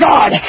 God